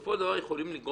שבסופו של דבר יכולים לגרום